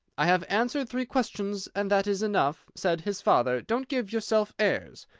i have answered three questions, and that is enough, said his father don't give yourself airs!